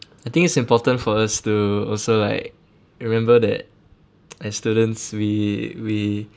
I think it's important for us to also like remember that as students we we